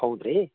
ಹೌದಾ ರೀ